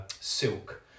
Silk